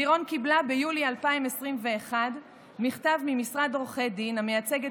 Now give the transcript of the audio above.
לירון קיבלה ביולי 2021 מכתב ממשרד עורכי דין המייצג את